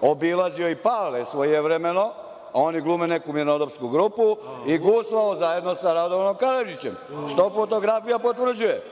obilazio i Pale svojevremeno, a oni glume neku mirnodopsku grupu, i guslao zajedno sa Radovanom Karadžićem, što fotografija potvrđuje?